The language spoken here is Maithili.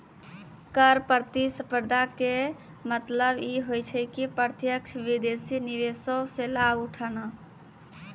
कर प्रतिस्पर्धा के मतलब इ होय छै कि प्रत्यक्ष विदेशी निवेशो से लाभ उठाना